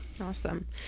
Awesome